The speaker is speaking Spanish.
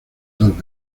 dos